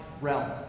realm